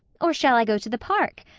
or shall i go to the park,